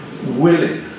willing